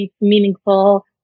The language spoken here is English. meaningful